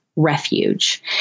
refuge